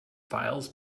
files